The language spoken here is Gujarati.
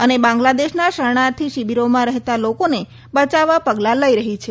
અને બાંગ્લાદેશના શરણાર્થી શિબીરોમાં રહેતા લોકોને બચાવવા પગલાં લઇ રહી છે